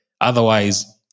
Otherwise